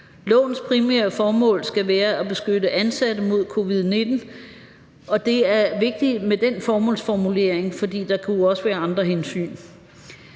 Lovens primære formål skal være at beskytte ansatte mod covid-19, og det er vigtigt med den formålsformulering, fordi der jo også kunne være andre hensyn.